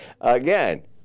again